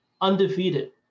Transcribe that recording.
Undefeated